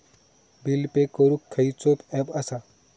Bill pay करूक खैचो app असा?